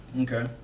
Okay